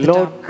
Lord